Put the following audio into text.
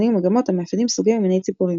ומגמות המאפיינים סוגי ומיני ציפורים.